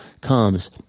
comes